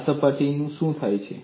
અને આ સપાટીનું શું થાય છે